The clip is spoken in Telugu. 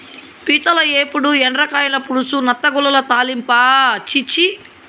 పీతల ఏపుడు, ఎండ్రకాయల పులుసు, నత్తగుల్లల తాలింపా ఛీ ఛీ